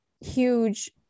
huge